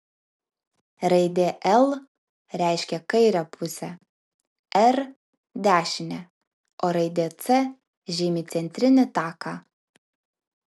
raidė l reiškia kairę pusę r dešinę o raidė c žymi centrinį taką